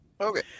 okay